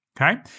Okay